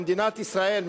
במדינת ישראל,